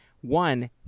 One